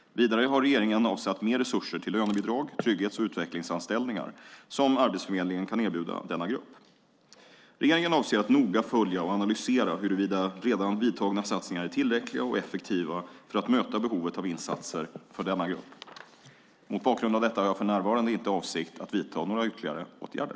Vidare har regeringen avsatt mer resurser till lönebidrag, trygghets och utvecklingsanställningar, som Arbetsförmedlingen kan erbjuda denna grupp. Regeringen avser att noga följa och analysera huruvida redan gjorda satsningar är tillräckliga och effektiva för att möta behovet av insatser för denna grupp. Mot bakgrund av detta har jag för närvarande inte för avsikt att vidta några ytterligare åtgärder.